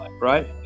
right